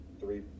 three